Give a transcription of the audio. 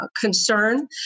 concern